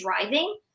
driving